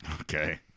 Okay